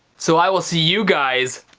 so i will see you guys.